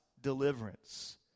deliverance